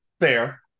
Fair